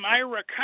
Ira